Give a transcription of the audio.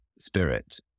spirit